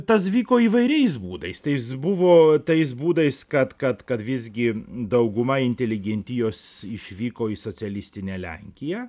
tas vyko įvairiais būdais tai jis buvo tais būdais kad kad kad visgi dauguma inteligentijos išvyko į socialistinę lenkiją